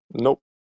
Nope